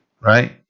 right